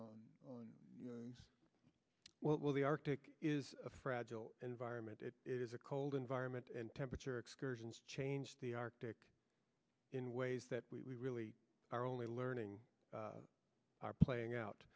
expound on what will the arctic is a fragile environment it is a cold environment and temperature excursions change the arctic in ways that we really are only learning are playing out